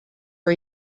for